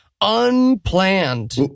Unplanned